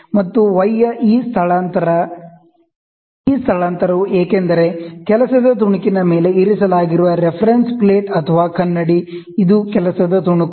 ಮತ್ತು y ಈ ಸ್ಥಳಾಂತರ ಈ ಸ್ಥಳಾಂತರವು ಏಕೆಂದರೆ ವರ್ಕ್ ಪೀಸ್ ನ ಮೇಲೆ ಇರಿಸಲಾಗಿರುವ ರೆಫರೆನ್ಸ್ ಪ್ಲೇಟ್ ಅಥವಾ ಕನ್ನಡಿ ಇದು ವರ್ಕ್ ಪೀಸ್